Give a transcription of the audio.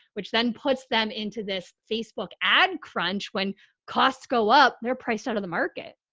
which then puts them into this facebook ad crunch when costs go up, they're priced out of the market.